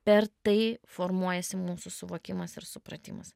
per tai formuojasi mūsų suvokimas ir supratimas